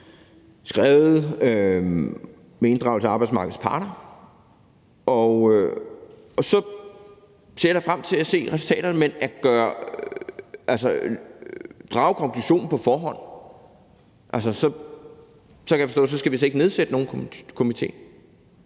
skrevet med inddragelse af arbejdsmarkedets parter, og så ser jeg da frem til at se resultaterne. Men altså, hvis man vil drage en konklusion på forhånd, kan jeg forstå, at så skal vi slet skal nedsætte nogen komité.